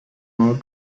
more